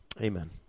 amen